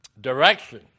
direction